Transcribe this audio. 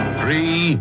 three